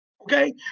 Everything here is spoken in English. okay